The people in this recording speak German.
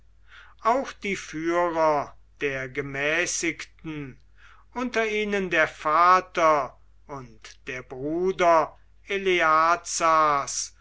auch die führer der gemäßigten unter ihnen der vater und der bruder eleazars